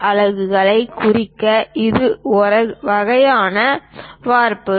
அலகுகளைக் குறிக்க இது ஒரு வகையான வார்ப்புரு